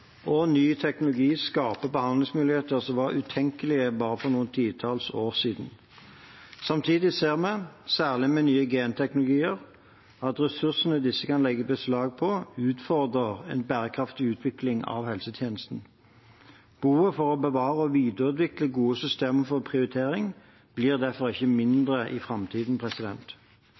og ny teknologi skaper behandlingsmuligheter som var utenkelige bare for noen titalls år siden. Samtidig ser vi, særlig med nye genteknologier, at ressursene disse kan legge beslag på, utfordrer en bærekraftig utvikling av helsetjenesten. Behovet for å bevare og videreutvikle gode systemer for prioritering blir derfor ikke mindre i framtiden.